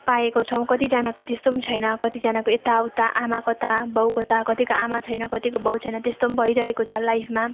पाएको छौँ कतिजनाको त्यस्तो पनि छैन कतिजनाको यताउता आमा कता बाउ कता कतिको आमा छैन कतिको बाउ छैन त्यस्तो पनि भइरहेको छ लाइफमा